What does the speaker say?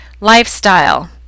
lifestyle